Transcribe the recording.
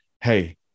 hey